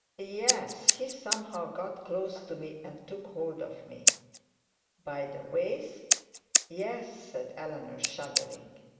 yes he somehow got close to me, and took hold of me by the waist yes, said eleanor shuddering.